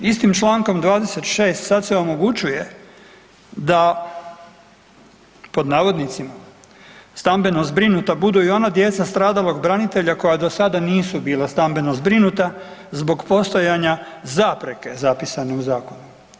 Istim člankom 26. sad se omogućuje da pod navodnicima stambeno zbrinuta budu i ona djeca stradalog branitelja koja do sada nisu bila stambeno zbrinuta, zbog postojanja zapreke zapisanog Zakonom.